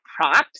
props